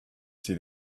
see